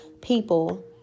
people